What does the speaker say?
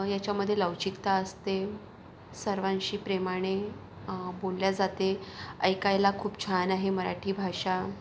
याच्यामध्ये लवचिकता असते सर्वांशी प्रेमाने बोलले जाते ऐकायला खूप छान आहे मराठी भाषा